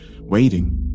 waiting